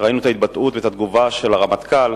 ראינו את ההתבטאות והתגובה של הרמטכ"ל